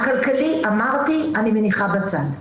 הכלכלי אמרתי, אני מניחה בצד.